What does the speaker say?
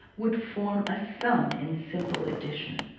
would form a sum in simple addition.